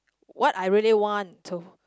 what I really want to